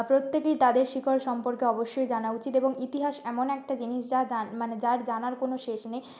প্রত্যেকেই তাদের শিকড় সম্পর্কে অবশ্যই জানা উচিত এবং ইতিহাস এমন একটা জিনিস যা মানে যার জানার কোনও শেষ নেই